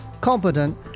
competent